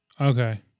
Okay